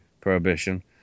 prohibition